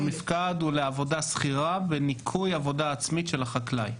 המפקד הוא לעבודה שכירה בניקוי עבודה עצמית של החקלאי.